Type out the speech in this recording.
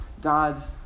God's